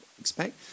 expect